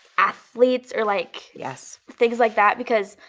athletes or like. yes. things like that because,